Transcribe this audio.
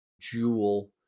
jewel